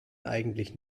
eigentlich